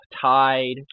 Tide